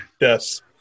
Yes